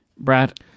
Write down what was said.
Brad